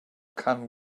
can